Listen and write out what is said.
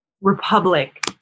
republic